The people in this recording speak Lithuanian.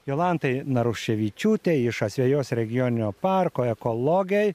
jolantai naruševičiūtei iš asvejos regioninio parko ekologei